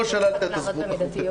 פה שללת את הזכות החוקתית.